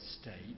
state